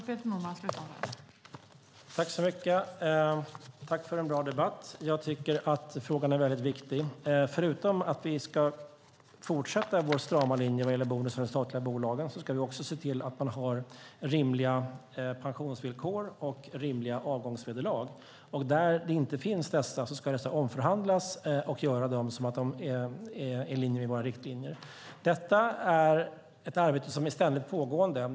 Fru talman! Tack för en bra debatt. Jag tycker att frågan är väldigt viktig. Förutom att vi ska fortsätta vår strama linje vad gäller bonus för de statliga bolagen ska vi också se till att man har rimliga pensionsvillkor och avgångsvederlag. Där de inte finns ska dessa omförhandlas så att de är i linje med våra riktlinjer. Detta är ett arbete som är ständigt pågående.